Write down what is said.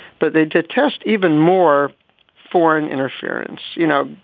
but they detest even more foreign interference. you know,